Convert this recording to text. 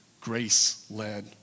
grace-led